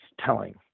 telling